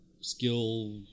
skill